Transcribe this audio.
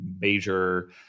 major